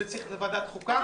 שזה צריך להיות בוועדת החוקה,